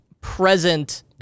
present